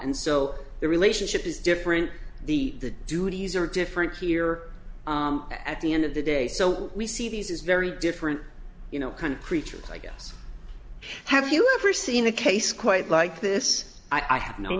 and so the relationship is different the duties are different here at the end of the day so we see these as very different you know cunt creatures i guess have you ever seen a case quite like this i have known